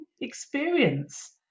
experience